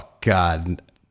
God